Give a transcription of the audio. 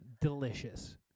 delicious